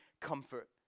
comfort